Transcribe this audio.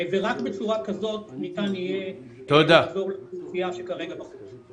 רק בצורה כזאת ניתן יהיה לחזור לאוכלוסייה שכרגע בחוץ.